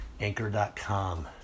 anchor.com